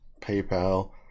PayPal